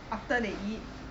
after they eat